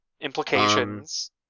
Implications